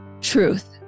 Truth